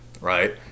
right